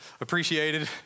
appreciated